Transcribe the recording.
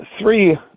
three